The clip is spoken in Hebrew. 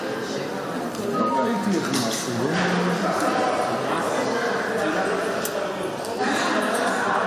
בניגוד להרבה מדינות אחרות, גם כשמסביב יהום הסער,